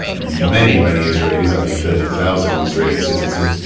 ah many many israelis i think thirty thousand israeli citizens